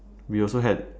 we also had